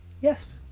Yes